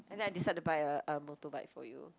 and then I decide to buy a a motorbike for you